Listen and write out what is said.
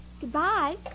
Goodbye